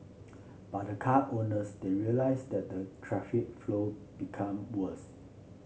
but the car owners they realised that the traffic flow become worse